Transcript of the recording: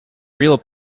real